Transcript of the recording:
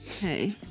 Hey